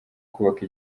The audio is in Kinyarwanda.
kubaka